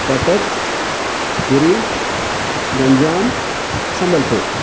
Cuttack Puri Ganjam सम्बल्पूरम्